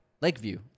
Lakeview